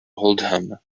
oldham